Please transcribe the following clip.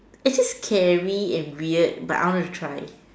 is it scary and weird but I want to try